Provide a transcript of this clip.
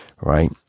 Right